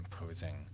imposing